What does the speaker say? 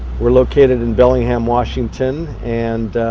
we are located in bellingham, washington, and.